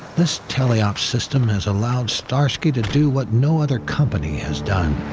this tele-op system has allowed starsky to do what no other company has done